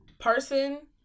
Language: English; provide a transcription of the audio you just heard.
person